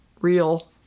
real